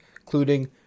including